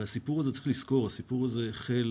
צריך לזכור שהסיפור הזה החל